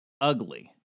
ugly